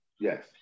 Yes